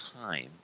time